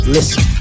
Listen